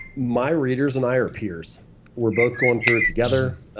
my readers and i are peers we're both going through it together.